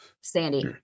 Sandy